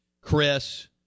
Chris